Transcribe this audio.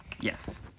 yes